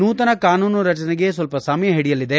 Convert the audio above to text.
ನೂತನ ಕಾನೂನು ರಚನೆಗೆ ಸ್ವಲ್ಪ ಸಮಯ ಹಿಡಿಯಲಿದೆ